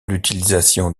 l’utilisation